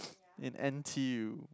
in n_t_u